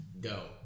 go